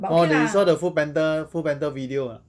orh you saw the full panther full panther video or not